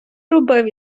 робив